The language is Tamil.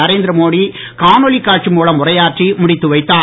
நரேந்திரமோடி காணொளி காட்சி மூலம் உரையாற்றி முடித்து வைத்தார்